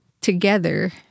together